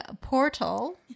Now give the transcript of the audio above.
Portal